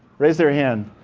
raise your hand.